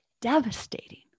devastating